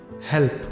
help